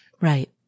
Right